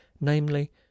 namely